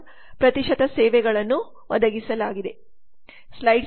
1 ಸೇವೆಗಳನ್ನು ಒದಗಿಸಲಾಗಿದೆ